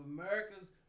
America's